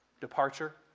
Departure